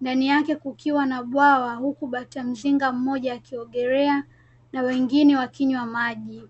ndani yake kukiwa na bwawa huku bata mzinga mmoja akiogelea na wengine wakinywa maji.